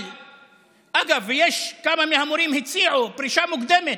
אגב, כמה מהמורים הציעו פרישה מוקדמת.